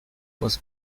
was